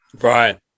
right